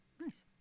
Nice